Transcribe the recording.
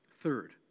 Third